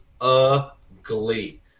ugly